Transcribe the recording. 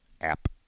app